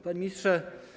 Panie Ministrze!